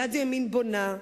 יד ימין בונה,